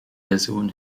version